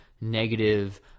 negative